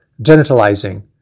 genitalizing